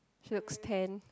looks tan